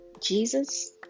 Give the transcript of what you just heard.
Jesus